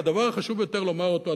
הדבר החשוב ביותר לומר אותו,